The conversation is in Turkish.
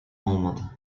olmadı